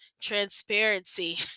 Transparency